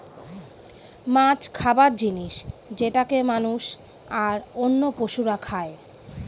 মাছ খাবার জিনিস যেটাকে মানুষ, আর অন্য পশুরা খাই